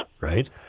Right